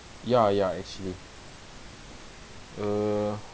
ya ya actually uh